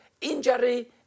injury